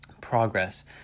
Progress